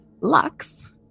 Lux